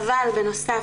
אבל בנוסף,